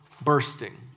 bursting